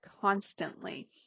constantly